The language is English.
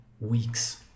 weeks